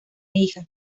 hija